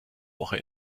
woche